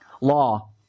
law